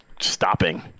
stopping